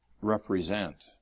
represent